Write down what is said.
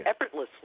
effortlessly